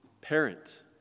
Parent